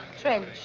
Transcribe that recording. Trench